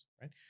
right